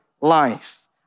life